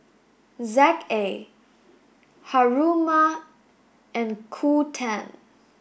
ZA Haruma and Qoo ten